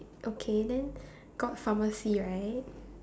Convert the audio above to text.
okay then got pharmacy right